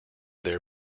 their